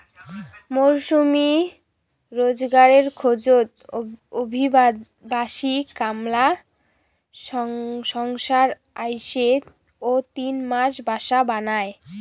মরসুমী রোজগারের খোঁজত অভিবাসী কামলা সংসার আইসে ও তিন মাস বাসা বানায়